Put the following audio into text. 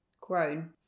grown